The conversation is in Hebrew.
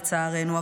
לצערנו,